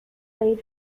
ray